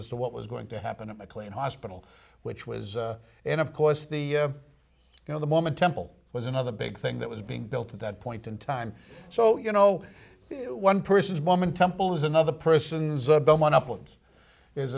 as to what was going to happen at mclean hospital which was in of course the you know the woman temple was another big thing that was being built at that point in time so you know one person's woman temple is another person's